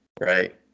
right